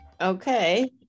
Okay